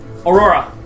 Aurora